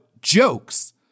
jokes